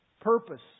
Purpose